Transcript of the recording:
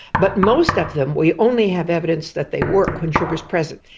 but most of them we only have evidence that they work when sugar is present.